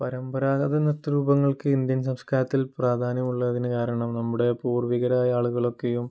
പരമ്പരാഗത നൃത്ത രൂപങ്ങൾക്ക് ഇന്ത്യൻ സംസ്കാരത്തിൽ പ്രാധാന്യമുള്ളതിന് കാരണം നമ്മുടെ പൂർവികരായ ആളുകളൊക്കെയും